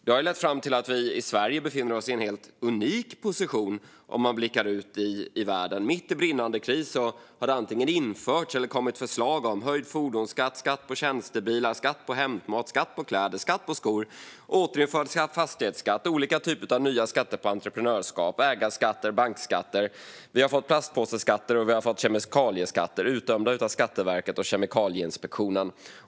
Detta har lett fram till att vi i Sverige befinner oss i en helt unik position; det ser man om man blickar ut över världen. Mitt i brinnande kris har det antingen införts eller kommit förslag om höjd fordonsskatt, skatt på tjänstebilar, skatt på hämtmat, skatt på kläder, skatt på skor, återinförd fastighetsskatt, olika typer av nya skatter på entreprenörskap, ägarskatter och bankskatter. Vi har fått plastpåseskatter, och vi har fått kemikalieskatter, utdömda av Skatteverket och Kemikalieinspektionen.